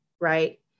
right